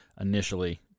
initially